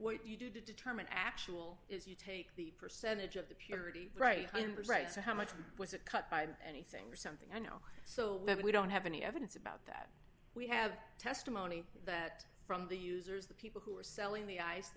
what you do to determine actual is you take the percentage of the purity right and right so how much was it cut by anything or something i know so we don't have any evidence about that we have testimony that from the users the people who were selling the ice